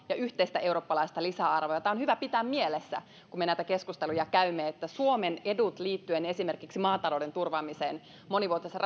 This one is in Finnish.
ja yhteistä eurooppalaista lisäarvoa tämä on hyvä pitää mielessä kun me näitä keskusteluja käymme ja suomen etuja liittyen esimerkiksi maatalouden turvaamiseen monivuotisessa